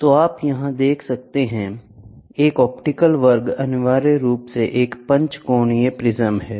तो आप यहां देख सकते हैं एक ऑप्टिकल वर्ग अनिवार्य रूप से एक पंचकोणीय प्रिज़्म है